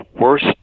worst